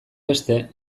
beste